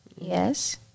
Yes